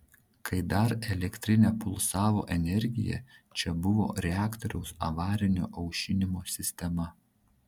kai dar elektrinė pulsavo energija čia buvo reaktoriaus avarinio aušinimo sistema